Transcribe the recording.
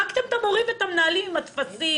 הרגתם את המורים ואת המנהלים עם הטפסים